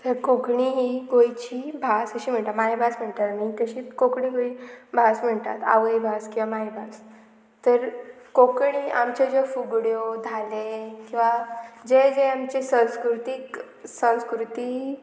तर कोंकणी ही गोंयची भास अशी म्हणटा मायभास म्हणटात आमी तशीच कोंकणी कोही भास म्हणटात आवय भास किंवां मायभास तर कोंकणी आमच्यो ज्यो फुगड्यो धाले किंवां जे जे आमचे संस्कृतीक संस्कृती